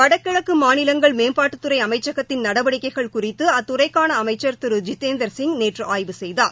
வடகிழக்கு மாநிலங்கள் மேம்பாட்டுத்துறை அமைச்சகத்தின் நடவடிக்கைகள் குறித்து அத்துறைக்கான அமைச்சள் திரு ஜிதேந்தர் சிங் நேற்று ஆய்வு செய்தார்